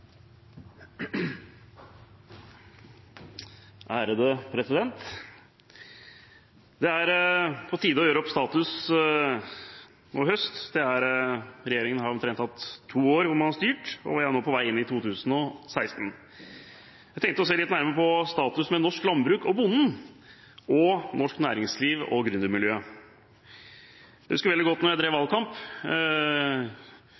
opp status nå i høst. Regjeringen har hatt omtrent to år hvor man har styrt, og vi er nå på vei inn i 2016. Jeg tenkte å se litt nærmere på status for norsk landbruk og bonden og for norsk næringsliv og gründermiljøet. Jeg husker veldig godt fra da jeg drev valgkamp,